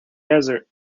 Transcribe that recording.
desert